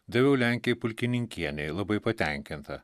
daviau lenkei pulkininkienei labai patenkinta